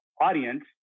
audience